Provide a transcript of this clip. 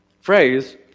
phrase